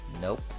Nope